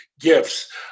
gifts